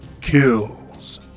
kills